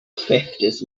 fifties